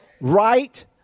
right